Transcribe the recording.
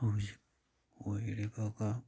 ꯍꯧꯖꯤꯛ ꯑꯣꯏꯔꯤꯕꯒ